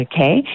okay